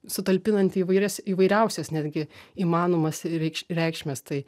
sutalpinanti įvairias įvairiausias netgi įmanomas ir reikš reikšmes tai